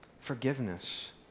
Forgiveness